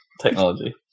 technology